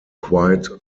quite